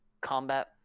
combat